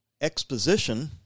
exposition